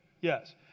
Yes